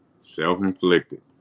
self-inflicted